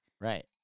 Right